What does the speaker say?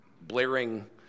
blaring